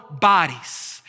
bodies